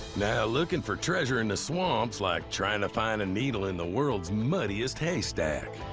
now, looking for treasure in the swamp's like trying to find a needle in the world's muddiest haystack.